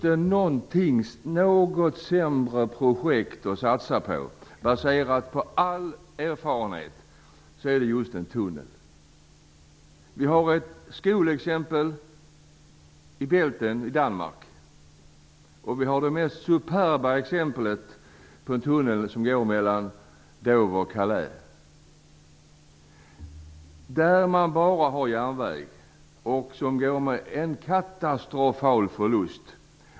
Det finns, baserat på all erfarenhet, inte något sämre projekt att satsa på än en tunnel. Vi har ett skolexempel vid bälten i Danmark, och det mest superba exemplet är tunneln som går mellan Dover och Calais. Där har man bara järnväg, och det går med en katastrofal förlust.